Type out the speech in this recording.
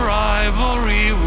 rivalry